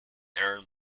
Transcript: earned